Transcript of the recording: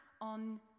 on